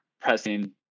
pressing